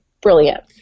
brilliant